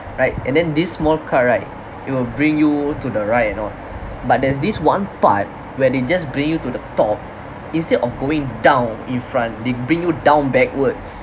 right and then this small cart right it will bring you to the ride and all but there's this one part where they just bring you to the top instead of going down in front they bring you down backwards